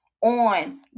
on